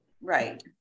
Right